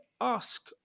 ask